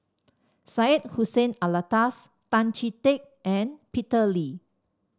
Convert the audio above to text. Syed Hussein Alatas Tan Chee Teck and Peter Lee